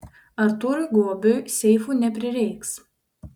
artūrui gobiui seifų neprireiks